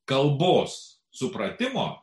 kalbos supratimo